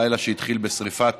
לילה שהתחיל בשרפת